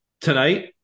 Tonight